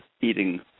eating